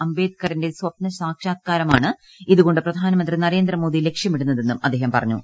അംബേദ്കറിന്റെ സ്വപ്ന സാക്ഷാത്ക്കാരമാണ് ഇതുകൊണ്ട് പ്രധാനമന്ത്രി നരേന്ദ്രമോദി ലക്ഷ്യമിടുന്നതെന്നും അദ്ദേഹം പറഞ്ഞു